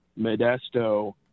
Modesto